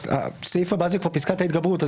הסעיף הבא זה פסקת ההתגברות.